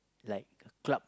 like club